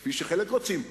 כפי שחלק רוצים פה,